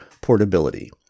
portability